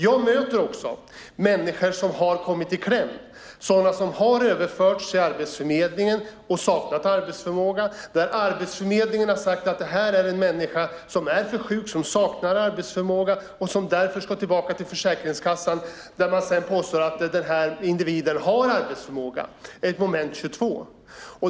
Jag möter också människor som har kommit i kläm och som har överförts till Arbetsförmedlingen men saknar arbetsförmåga. Arbetsförmedlingen har sagt att dessa människor är för sjuka och saknar arbetsförmåga och därför ska tillbaka till Försäkringskassan. Där påstår man dock att individen har arbetsförmåga. Det blir ett moment 22.